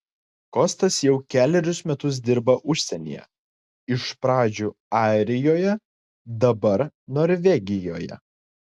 kostas jau kelerius metus dirba užsienyje iš pradžių airijoje dabar norvegijoje